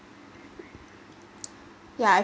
yeah